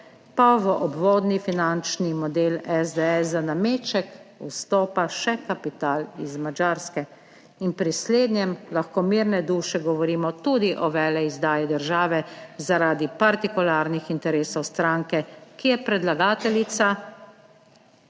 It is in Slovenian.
pa v obvodni finančni model SDS za nameček vstopa še kapital iz Madžarske in pri slednjem lahko mirne duše govorimo tudi o veleizdaji države zaradi partikularnih interesov stranke, ki je predlagateljica